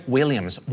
Williams